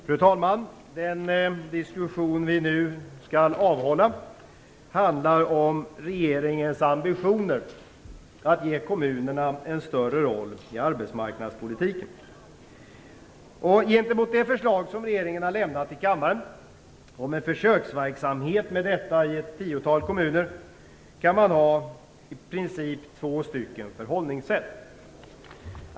Fru talman! Den diskussion som vi nu skall avhålla handlar om regeringens ambitioner att ge kommunerna en större roll i arbetsmarknadspolitiken. Gentemot det förslag som regeringen har lämnat i kammaren om en försöksverksamhet med detta i ett tiotal kommuner kan man i princip ha två förhållningssätt.